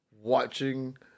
watching